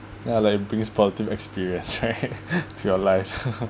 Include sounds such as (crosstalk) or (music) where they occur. ya like brings positive experience right (laughs) (breath) to your life (laughs)